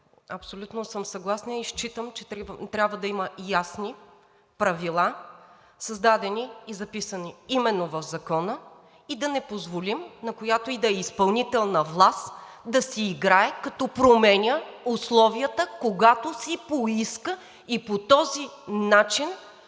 абсолютно съм съгласна и считам, че трябва да има ясни правила, създадени и записани именно в Закона, и да не позволим на която и да е изпълнителна власт да си играе, като променя условията, когато си поиска. И по този начин